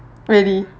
really